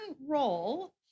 role